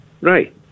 Right